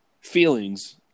feelings